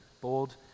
bold